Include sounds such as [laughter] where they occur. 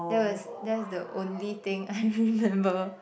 that was that's the only thing I [laughs] remember